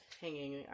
hanging